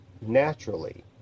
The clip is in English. naturally